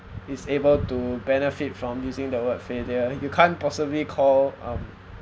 is able to benefit from using the word failure you can't possibly call um